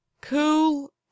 cool